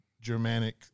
Germanic